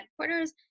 Headquarters